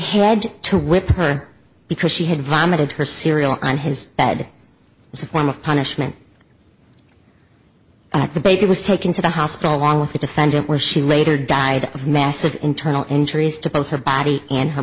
had to whip her because she had vomited her cereal on his bed is a form of punishment that the baby was taken to the hospital along with the defendant where she later died of massive internal injuries to both her body and her